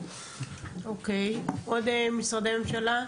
אוקיי, עוד משרדי ממשלה?